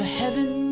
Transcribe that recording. heaven